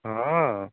हँ